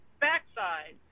backside